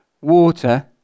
water